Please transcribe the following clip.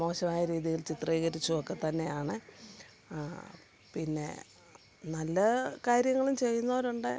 മോശമായ രീതിയിൽ ചിത്രീകരിച്ചൊക്കെ തന്നെയാണ് പിന്നെ നല്ല കാര്യങ്ങളും ചെയ്യുന്നവരുണ്ട്